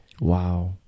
Wow